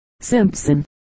Simpson